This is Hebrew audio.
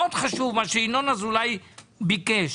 מה שינון אזולאי ביקש